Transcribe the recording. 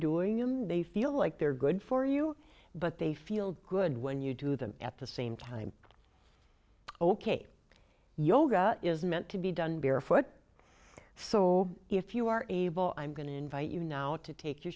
doing them they feel like they're good for you but they feel good when you do them at the same time ok yoga is meant to be done barefoot so if you are able i'm going to invite you now to take your